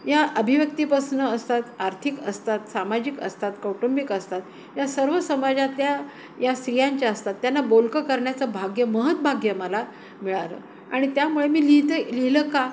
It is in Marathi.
या अभिव्यक्तीपासन असतात आर्थिक असतात सामाजिक असतात कौटुंबिक असतात या सर्व समाजाततल्या या स्रियांच्या असतात त्यांना बोलकं करण्याचं भाग्य महंभाग्य मला मिळालं आणि त्यामुळे मी लिहिते लिहिलं का